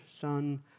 Son